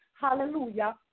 hallelujah